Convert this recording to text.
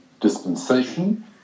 dispensation